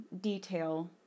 detail